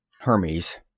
Hermes